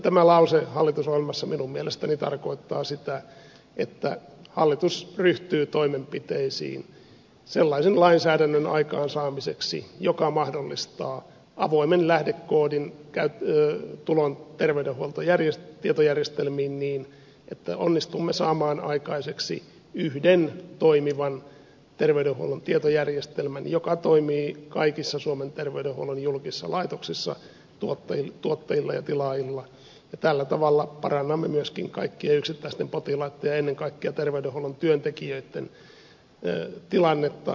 tämä lause hallitusohjelmassa minun mielestäni tarkoittaa sitä että hallitus ryhtyy toimenpiteisiin sellaisen lainsäädännön aikaansaamiseksi joka mahdollistaa avoimen lähdekoodin tulon terveydenhuollon tietojärjestelmiin niin että onnistumme saamaan aikaiseksi yhden toimivan terveydenhuollon tietojärjestelmän joka toimii kaikissa suomen terveydenhuollon julkisissa laitoksissa tuottajilla ja tilaajilla ja tällä tavalla parannamme myöskin kaikkien yksittäisten potilaitten ja ennen kaikkea terveydenhuollon työntekijöitten tilannetta